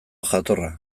jatorra